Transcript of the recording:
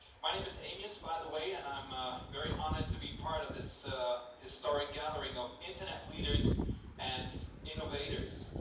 my name is amius by the way and i'm very honored to be part of this historic gathering of internet leaders and innovators.